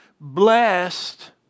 Blessed